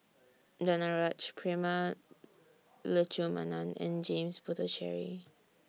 Danaraj Prema Letchumanan and James Puthucheary